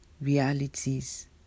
realities